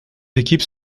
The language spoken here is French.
équipes